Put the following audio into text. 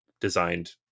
designed